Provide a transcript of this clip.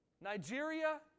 Nigeria